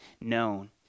known